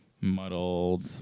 muddled